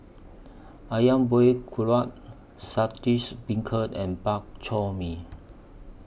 Ayam Buah Keluak Saltish Beancurd and Bak Chor Mee